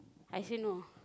I say no